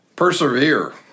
Persevere